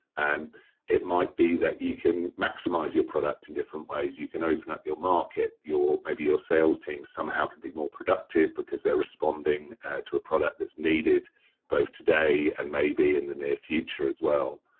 um it might be that you can maximize your product in different ways. you can open up your market, maybe your sales team somehow could be more productive because they're responding to a product that's needed both today and maybe in the near future as well.